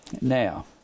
now